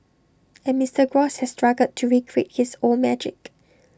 and Mister gross has struggled to recreate his old magic